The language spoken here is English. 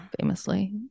famously